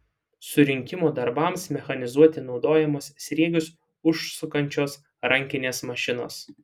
surinkimo darbams mechanizuoti naudojamos sriegius užsukančios rankinės mašinos